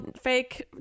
fake